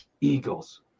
Eagles